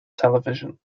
television